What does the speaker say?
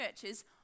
churches